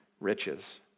Riches